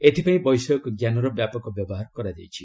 ଏଥିପାଇଁ ବୈଷୟିକଜ୍ଞାନର ବ୍ୟାପକ ବ୍ୟବହାର କରାଯାଇଛି